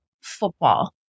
football